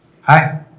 Hi